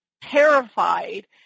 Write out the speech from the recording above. terrified